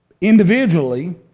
individually